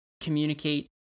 communicate